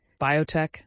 biotech